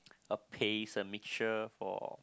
a paste a mixture for